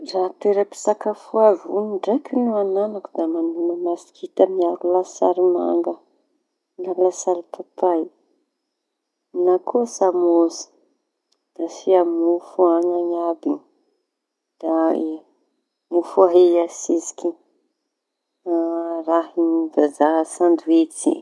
Raha toeram-pisakafoa voñona ndraiky no añanako. Da mañomana masikita miaro lasary manga na lasary papay na koa samôsy, da asia mofo añany aby da mofo ahia sesiky raha ahia vazaha sanditsy.